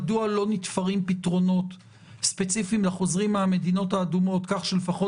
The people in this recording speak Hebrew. מדוע לא נתפרים פתרונות ספציפיים לחוזרים מהמדינות האדומות כך שלפחות